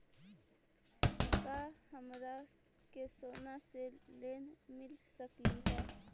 का हमरा के सोना से लोन मिल सकली हे?